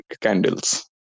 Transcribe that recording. candles